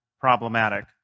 problematic